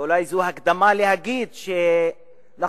ואולי זו הקדמה להגיד שנכון,